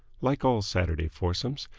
like all saturday foursomes,